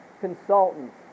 consultants